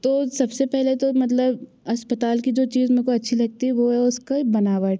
तो सबसे पहले तो मतलब अस्पताल की जो चीज़ मेरे को अच्छी लगती है वह है उसकी बनावट